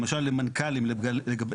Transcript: למשל למנכ"לים נקבע הסדר מיוחד.